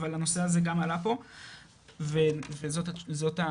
אבל הנושא הזה גם עלה פה וזאת התשובה.